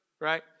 right